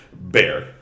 Bear